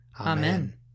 Amen